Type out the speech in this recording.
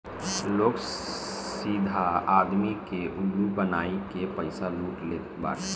लोग सीधा आदमी के उल्लू बनाई के पईसा लूट लेत बाटे